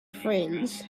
friends